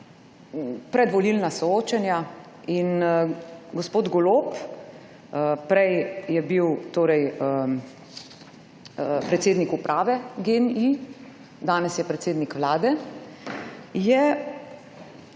predvolilna soočanja in gospod Golob, prej je bil predsednik uprave Gen-I, danes je predsednik vlade, je